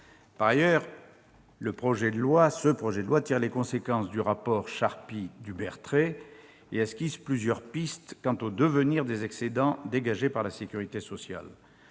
Par ailleurs, le présent projet de loi tire les conséquences du rapport Charpy-Dubertret et esquisse plusieurs pistes quant au devenir des excédents dégagés par la sécurité sociale.